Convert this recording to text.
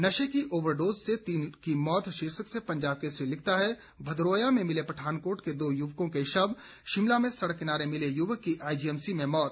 नशे की ओवरडोज से तीन की मौत शीर्षक से पंजाब केसरी लिखता है भदरोया में मिले पठानकोट के दो युवकों के शव शिमला में सड़क किनारे मिले युवक की आईजीएमसी में मौत